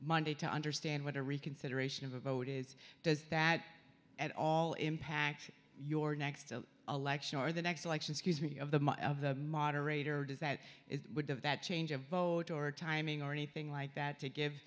monday to understand what a reconsideration of a vote is does that at all impact your next election or the next election scuse me of the moderator does that it would have that change of vote or timing or anything like that to give